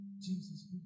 Jesus